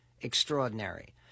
extraordinary